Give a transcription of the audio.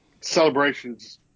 Celebration's –